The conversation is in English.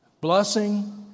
Blessing